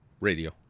Radio